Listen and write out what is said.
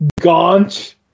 Gaunt